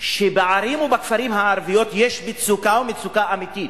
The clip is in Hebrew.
שבערים ובכפרים הערביים יש מצוקה, ומצוקה אמיתית,